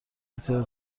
پیتر